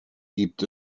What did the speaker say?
gibt